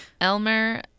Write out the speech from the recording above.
Elmer